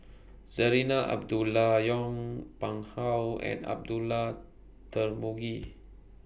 Zarinah Abdullah Yong Pung How and Abdullah Tarmugi